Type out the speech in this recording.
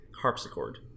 harpsichord